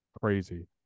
crazy